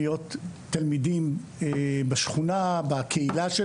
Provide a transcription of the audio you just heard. להיות תלמידים בשכונה,